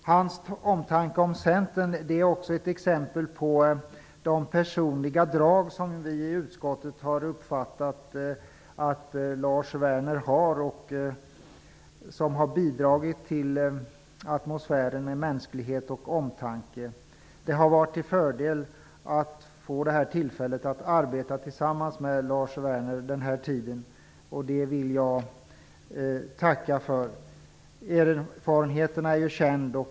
Lars Werners omtanke om Centern är också ett exempel på de personliga drag som vi i utskottet har uppfattat hos honom, som har bidragit till en atmosfär av mänsklighet och omtanke. Det har varit en förmån att få arbeta tillsammans med Lars Werner denna tid. Jag vill tacka för det. Hans erfarenhet är känd.